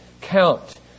count